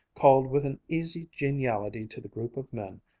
called with an easy geniality to the group of men,